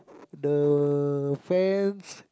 the fans